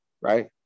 Right